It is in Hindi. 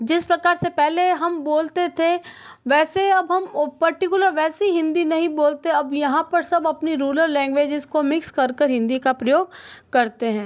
जिस प्रकार से पहले हम बोलते थे वैसे अब हम पर्टिकुलर वैसी हिन्दी नहीं बोलते अब यहाँ पर सब अपनी रूलर लैग्वेज इसके मिक्स करकर हिन्दी का प्रयोग करते है